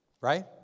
right